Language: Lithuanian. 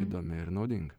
įdomi ir naudinga